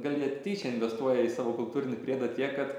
gal jie tyčia investuoja į savo kultūrinį priedą tiek kad